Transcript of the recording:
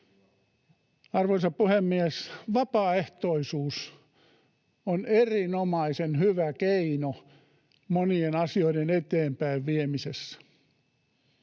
Arvoisa puhemies! Vapaaehtoisuus on erinomaisen hyvä keino monien asioiden eteenpäinviemisessä.